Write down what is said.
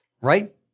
right